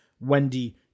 Wendy